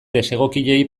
desegokiei